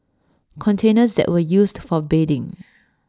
containers that were used for bathing